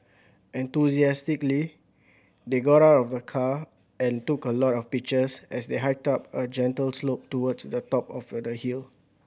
enthusiastically they got out of the car and took a lot of pictures as they hiked up a gentle slope towards the top of a the hill